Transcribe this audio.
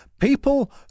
People